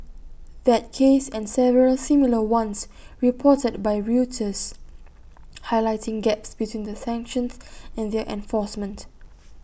that case and several similar ones reported by Reuters highlighted gaps between the sanctions and their enforcement